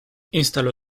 instaló